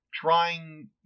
trying